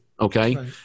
Okay